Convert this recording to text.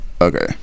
Okay